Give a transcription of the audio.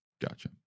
Gotcha